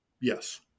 Yes